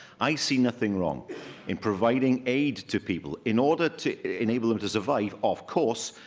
i see nothing wrong in providing aid to people in order to enable them to survive, of course,